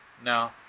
No